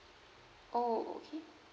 oh okay